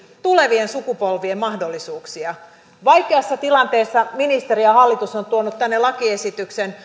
tulevien sukupolvien mahdollisuuksia vaikeassa tilanteessa ministeri ja hallitus ovat tuoneet tänne lakiesityksen